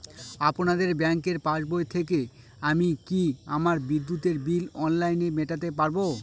আপনাদের ব্যঙ্কের পাসবই থেকে আমি কি আমার বিদ্যুতের বিল অনলাইনে মেটাতে পারবো?